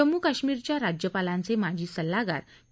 जम्मू कश्मीरच्या राज्यपालांचे माजी सल्लागार के